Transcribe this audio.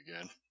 again